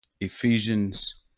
Ephesians